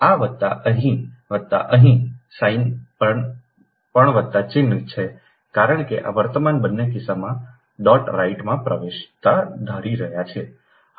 આ વત્તા અહીં વત્તા અહીં સાઇન પણ વત્તા ચિહ્ન છે કારણ કે વર્તમાન બંને કિસ્સા અમે ડોટ રાઇટમાં પ્રવેશતા ધારી રહ્યા છીએ